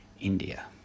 India